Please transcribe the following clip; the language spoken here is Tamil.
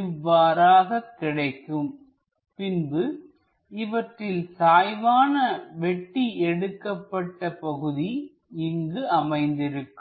இவ்வாறாக கிடைக்கும் பின்பு இவற்றில் சாய்வான வெட்டி எடுக்கப்பட்ட பகுதி இங்கு அமைந்திருக்கும்